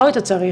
שלא היית צריך,